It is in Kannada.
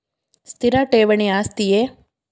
ಸ್ಥಿರ ಠೇವಣಿ ಆಸ್ತಿಯೇ?